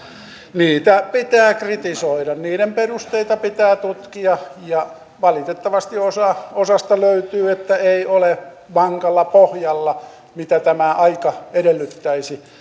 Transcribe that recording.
niitä pitää kritisoida niiden perusteita pitää tutkia ja valitettavasti osasta löytyy että eivät ole vankalla pohjalla mitä tämä aika edellyttäisi